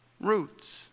roots